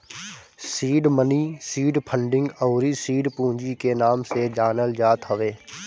seed money seed funding अउरी seed पूंजी के नाम से जानल जात हवे